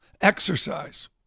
exercise